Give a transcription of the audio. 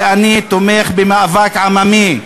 ואני תומך במאבק עממי.